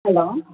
hello